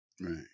right